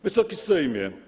Wysoki Sejmie!